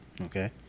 okay